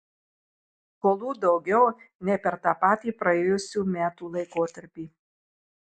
skolų daugiau nei per tą patį praėjusių metų laikotarpį